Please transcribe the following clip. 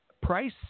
Price